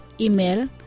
Email